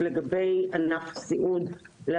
להדגיש כמה דברים לגבי ענף הסיעוד.